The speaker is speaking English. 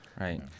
Right